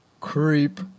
Creep